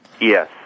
Yes